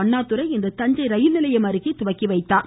அண்ணாதுரை இன்று தஞ்சை ரயில்நிலையம் அருகே துவக்கிவைத்தார்